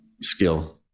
skill